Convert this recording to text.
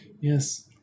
Yes